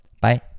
Bye